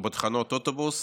בתחנות אוטובוס,